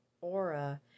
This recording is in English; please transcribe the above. aura